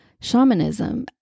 shamanism